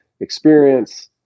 experience